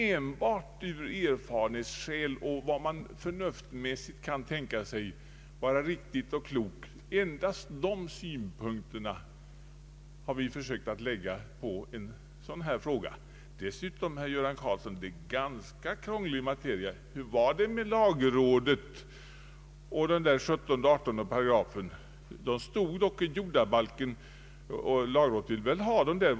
Enbart vad man med hänsyn till erfarenheten kan tänka sig vara riktigt och klokt har påverkat vårt ställningstagande i denna fråga. Dessutom, herr Göran Karlsson, är det en ganska krånglig materia. Hur var det med lagrådet och 17 och 18 §§? De stod dock en gång i jordabalken, och lagrådet ville ha dem där.